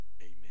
Amen